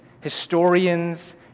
historians